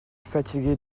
fatigué